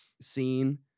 scene